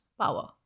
power